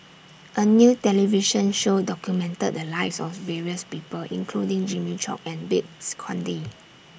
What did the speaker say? A New television Show documented The Lives of various People including Jimmy Chok and Babes Conde